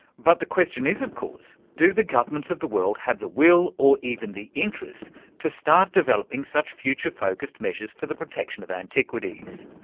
but the question is of course, do the governments of the world have the will or even the interest to start developing such future-focussed measures for the protection of antiquities?